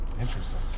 Interesting